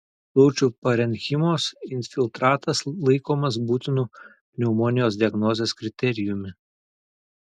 plaučių parenchimos infiltratas laikomas būtinu pneumonijos diagnozės kriterijumi